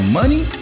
money